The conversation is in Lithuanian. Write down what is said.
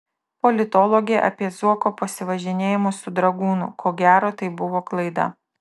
politologė apie zuoko pasivažinėjimus su dragūnu ko gero tai buvo klaida